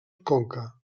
conca